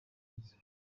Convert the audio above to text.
neza